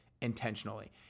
intentionally